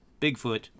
Bigfoot